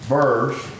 verse